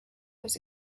was